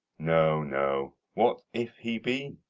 no, no what if he be?